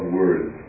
words